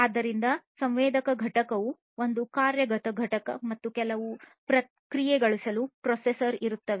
ಆದ್ದರಿಂದ ಸಂವೇದಕ ಘಟಕವು ಒಂದು ಕಾರ್ಯಗತ ಘಟಕ ಮತ್ತು ಕೆಲವು ಪ್ರಕ್ರಿಯೆಗೊಳಿಸಲು ಪ್ರೊಸೆಸರ್ ಇರುತ್ತದೆ